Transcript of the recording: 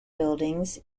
buildings